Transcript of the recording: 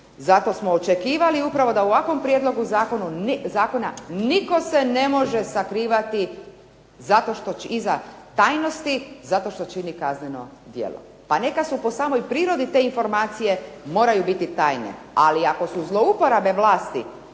Zato smo očekivali upravo da u ovakvom prijedlogu zakona nitko se ne može sakrivati zato što će iza tajnosti, zato što čini kazneno djelo. Pa neka su po samoj prirodi te informacije moraju biti tajne, ali ako su zlouporabe vlasti